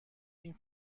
این